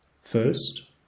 First